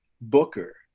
booker